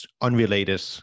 unrelated